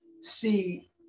see